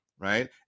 right